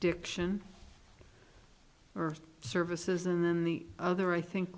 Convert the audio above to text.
diction services and then the other i think